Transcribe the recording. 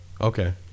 Okay